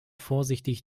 vorsichtig